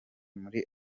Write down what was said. muri